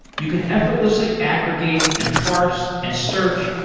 you can effortlessly aggregate, and parse, and search,